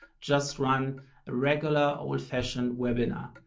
just run the regular old-fashioned webinar.